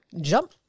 jump